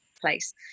place